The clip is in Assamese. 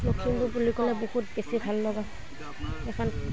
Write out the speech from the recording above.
বুলি ক'লে বহুত বেছি ভাল লগা এখন